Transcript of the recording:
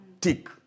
tick